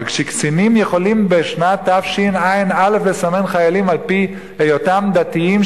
אבל כשקצינים יכולים בשנת תשע"א לסמן חיילים על-פי היותם דתיים,